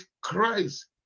Christ